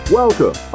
welcome